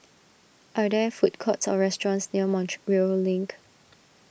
are there food courts or restaurants near Montreal Link